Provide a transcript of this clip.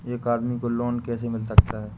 एक आदमी को लोन कैसे मिल सकता है?